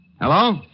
Hello